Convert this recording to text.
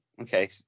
Okay